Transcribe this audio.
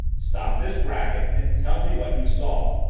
stop this racket and tell me what you saw!